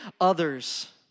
others